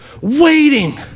Waiting